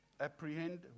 Apprehend